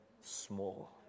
small